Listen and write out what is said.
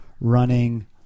running